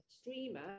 streamer